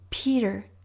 Peter